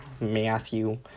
matthew